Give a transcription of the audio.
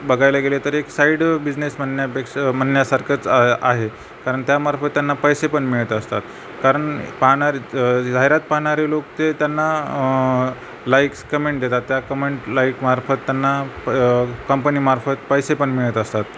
बघायला गेले तर एक साईड बिझनेस म्हणण्यापेक्षा म्हणण्यासारखंच आहे कारण त्यामार्फत त्यांना पैसेपण मिळत असतात कारण पाहणारे जाहिरात पाहणारे लोक ते त्यांना लाईक्स कमेंट देतात त्या कमेंट लाईकमार्फत त्यांना कंपनीमार्फत पैसेपण मिळत असतात